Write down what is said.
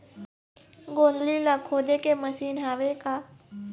गोंदली ला खोदे के मशीन हावे का?